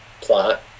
plot